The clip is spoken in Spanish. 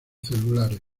celulares